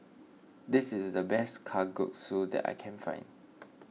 this is the best Kalguksu that I can find